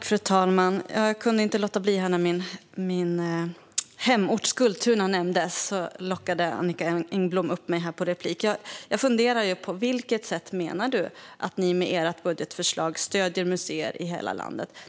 Fru talman! Jag kunde inte låta bli - när min hemort Skultuna nämndes lockade Annicka Engblom upp mig för en replik. På vilket sätt menar du, Annicka Engblom, att ni med ert budgetförslag stöder museer i hela landet?